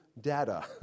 data